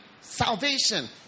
salvation